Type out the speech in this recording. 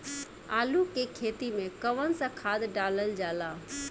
आलू के खेती में कवन सा खाद डालल जाला?